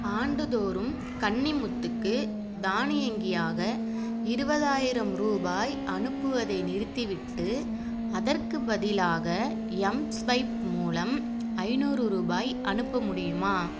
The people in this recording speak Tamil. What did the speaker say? ஆண்டுதோறும் கன்னிமுத்துக்கு தானியங்கியாக இருபதாயிரம் ரூபாய் அனுப்புவதை நிறுத்திவிட்டு அதற்குப் பதிலாக எம்ஸ்வைப் மூலம் ஐநூறு ரூபாய் அனுப்ப முடியுமா